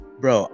bro